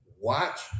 Watch